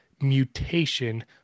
mutation